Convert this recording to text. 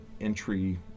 entry